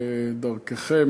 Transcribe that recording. דרככם,